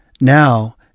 Now